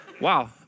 Wow